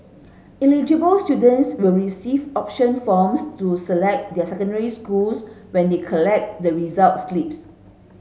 eligible students will receive option forms to select their secondary schools when they collect the results slips